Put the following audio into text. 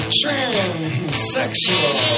transsexual